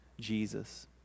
Jesus